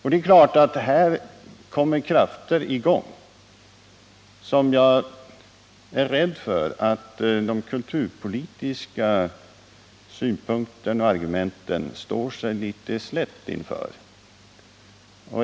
Här kommer att ställas krav som jag är rädd att de kulturpolitiska synpunkterna och argumenten står sig ganska slätt inför.